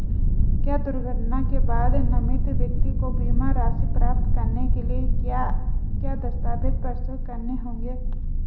क्या दुर्घटना के बाद नामित व्यक्ति को बीमा राशि प्राप्त करने के लिए क्या क्या दस्तावेज़ प्रस्तुत करने होंगे?